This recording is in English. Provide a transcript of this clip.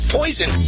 poison